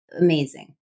amazing